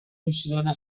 نوشیدن